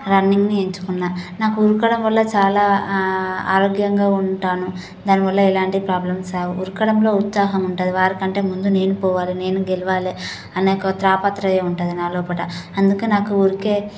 రన్నింగ్ని ఎంచుకున్న నాకు ఉరకడం వల్ల చాలా ఆరోగ్యంగా ఉంటాను దాని వల్ల ఎలాంటి ప్రాబ్లమ్స్ రావు ఉరకడంలో ఉత్సాహం ఉంటది వారి కంటే ముందు నేను పోవాలి నేను గెలవాలి అనే తాపత్రయం ఉంటుంది నాలోపట అందుకే నాకు ఊరికే